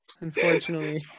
Unfortunately